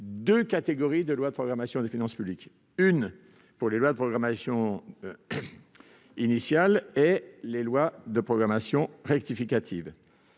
deux catégories de lois de programmation des finances publiques : les lois de programmation initiales et les lois de programmation rectificatives.